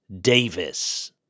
Davis